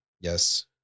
Yes